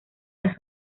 las